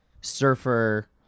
surfer